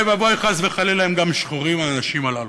ואוי ואבוי, חס וחלילה הם גם שחורים האנשים הללו.